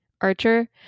Archer